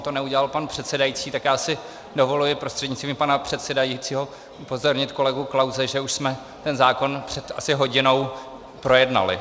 On to neudělal pan předsedající, tak já si dovoluji prostřednictvím pana předsedajícího upozornit kolegu Klause, že už jsme ten zákon asi před hodinou projednali.